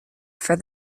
for